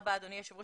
הנושא